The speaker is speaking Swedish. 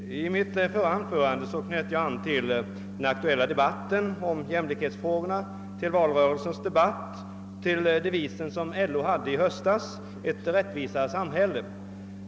Herr talman! I mitt förra anförande knöt jag an till den aktuella debatten om jämlikhetsfrågorna, till valrörelsedebatten och till den devis som LO hade i höstas: »Ett rättvisare samhälle».